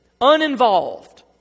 uninvolved